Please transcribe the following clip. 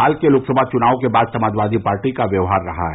हाल के लोकसभा चुनावों के बाद समाजवादी पार्टी का व्यवहार रहा है